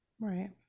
Right